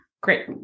Great